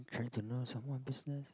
um trying to know someone business